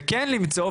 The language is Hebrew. וכן למצוא,